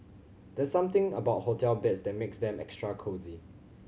there's something about hotel beds that makes them extra cosy